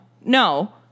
No